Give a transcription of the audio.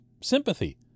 sympathy